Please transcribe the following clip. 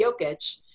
Jokic